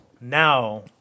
now